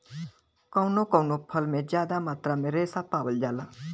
कउनो कउनो फल में जादा मात्रा में रेसा पावल जाला